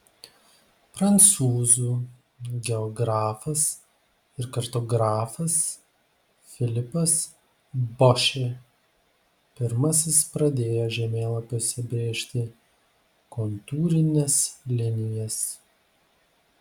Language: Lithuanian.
prancūzų geografas ir kartografas filipas bošė pirmasis pradėjo žemėlapiuose brėžti kontūrines linijas